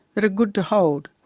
that are good to hold,